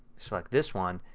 select this one,